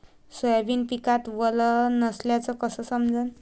Soybean पिकात वल नसल्याचं कस समजन?